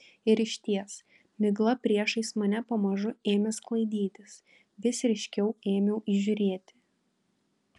ir išties migla priešais mane pamažu ėmė sklaidytis vis ryškiau ėmiau įžiūrėti